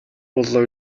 боллоо